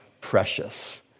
precious